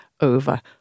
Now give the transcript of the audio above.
over